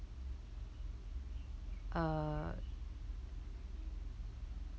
uh